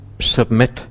submit